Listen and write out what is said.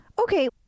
Okay